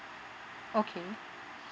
okay